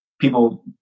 people